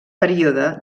període